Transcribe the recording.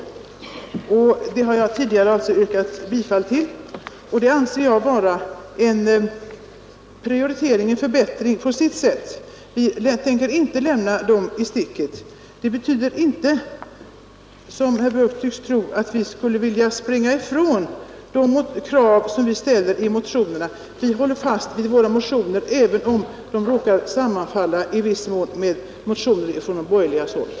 Den reservationen har jag tidigare yrkat bifall till, och det anser jag vara en prioritering och förbättring på sitt sätt. Jag tänker inte lämna dessa grupper i sticket. Det betyder inte, som herr Björk tycks tro, att vi skulle vilja springa ifrån de krav som vi ställt i motionerna. Vi håller fast vid våra motioner, även om de i viss mån råkar sammanfalla med motioner från borgerligt håll.